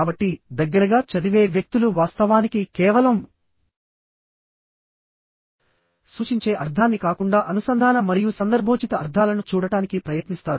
కాబట్టిదగ్గరగా చదివే వ్యక్తులు వాస్తవానికి కేవలం సూచించే అర్థాన్ని కాకుండా అనుసంధాన మరియు సందర్భోచిత అర్థాలను చూడటానికి ప్రయత్నిస్తారు